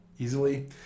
easily